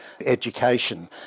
education